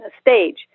stage